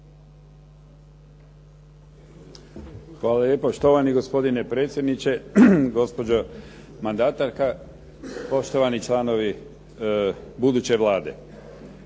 Hvala lijepa štovani gospodine predsjedniče, gospođo mandatarka, poštovani članovi buduće Vlade.